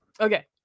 Okay